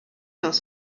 los